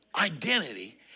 identity